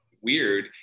weird